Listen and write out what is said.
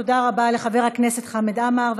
תודה רבה לחבר הכנסת חמד עמאר.